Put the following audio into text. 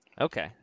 Okay